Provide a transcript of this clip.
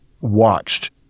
watched